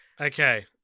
okay